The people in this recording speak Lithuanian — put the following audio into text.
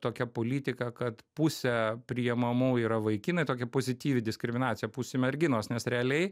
tokia politika kad pusė priimamų yra vaikinai tokia pozityvi diskriminacija pusė merginos nes realiai